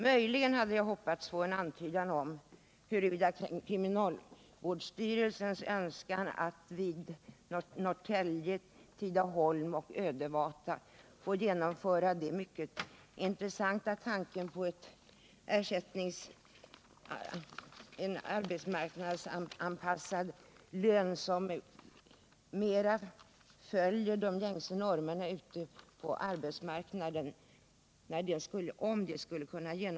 Möjligen hade jag hoppats på en antydan om huruvida kriminalvårdsstyrelsens önskan skulle kunna uppfyllas att vid Norrtälje, Tidaholm och Ödevata få förverkliga den intressanta tanken på löner som mera överensstämmer med de gängse normerna på arbetsmarknaden.